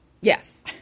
Yes